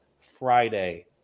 Friday